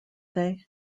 they